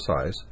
size